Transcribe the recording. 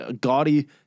gaudy